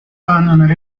abandonar